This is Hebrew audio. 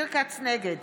נגד